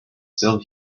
still